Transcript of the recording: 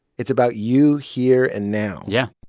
it's about you here and now yeah